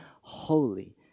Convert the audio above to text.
Holy